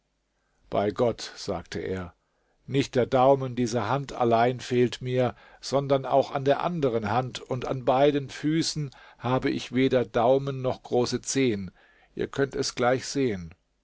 bei gott sagte er nicht der daumen dieser hand allein fehlt mir sondern auch an der anderen hand und an beiden füßen habe ich weder daumen noch große zehen ihr könnt es gleich sehen